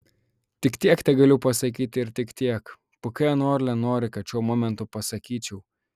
tik tiek tegaliu pasakyti ir tik tiek pkn orlen nori kad šiuo momentu pasakyčiau